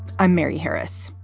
i'm mary harris.